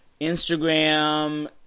Instagram